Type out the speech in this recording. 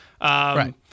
Right